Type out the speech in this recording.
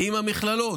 עם המכללות,